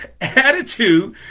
Attitude